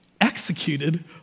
executed